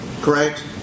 correct